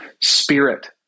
spirit